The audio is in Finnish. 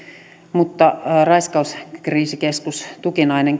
mutta raiskauskriisikeskus tukinainen